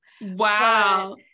Wow